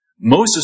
Moses